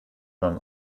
beim